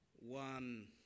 One